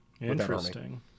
Interesting